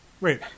Wait